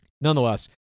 nonetheless